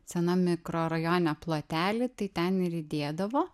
senam mikrorajone plotelį tai ten ir įdėdavo